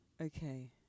Okay